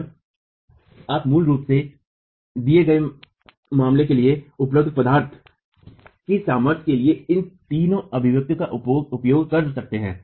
तो आप मूल रूप से दिए गए मामले के लिए उपलब्ध पदार्थ के सामर्थ्य के लिए इन तीन अभिव्यक्तियों का उपयोग कर सकते हैं